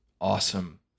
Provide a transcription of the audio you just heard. awesome